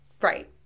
Right